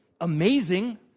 amazing